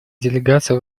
делегация